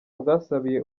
bwasabiye